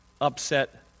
upset